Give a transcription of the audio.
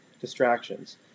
distractions